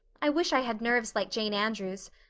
i wish i had nerves like jane andrews.